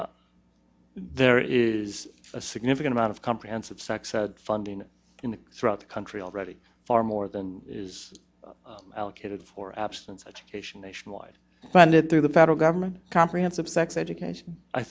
abstinence there is a significant amount of comprehensive sex ed funding in the throughout the country already far more than is allocated for absence of station nationwide funded through the federal government comprehensive sex education i